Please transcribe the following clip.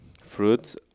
fruits